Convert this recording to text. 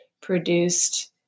produced